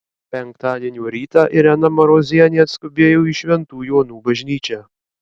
penktadienio rytą irena marozienė atskubėjo į šventų jonų bažnyčią